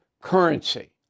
currency